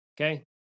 Okay